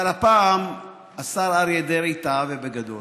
אבל הפעם השר אריה דרעי טעה, ובגדול.